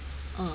ah